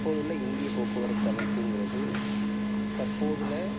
இப்போதுள்ள இந்திய போக்குவரத்து அமைப்புங்கிறது தற்போதில்